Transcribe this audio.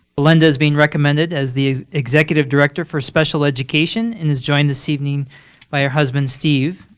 belinda is being recommended as the executive director for special education and is joined this evening by her husband steve.